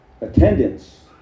attendance